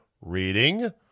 reading